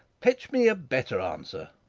fetch me a better answer.